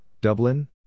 Dublin